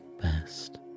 best